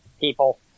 people